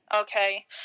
okay